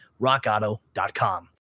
rockauto.com